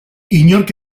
inork